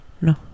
No